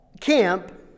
camp